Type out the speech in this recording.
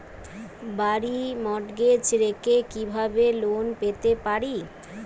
বাড়ি মর্টগেজ রেখে কিভাবে লোন পেতে পারি?